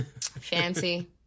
Fancy